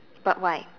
but why